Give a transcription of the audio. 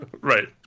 Right